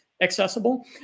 accessible